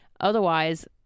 Otherwise